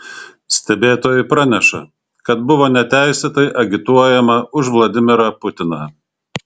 stebėtojai praneša kad buvo neteisėtai agituojama už vladimirą putiną